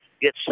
get